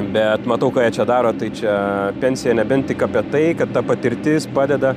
bet matau ką jie čia daro tai čia pensija nebent tik apie tai kad ta patirtis padeda